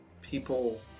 People